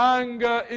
anger